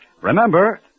Remember